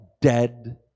dead